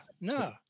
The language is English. no